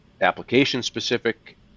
application-specific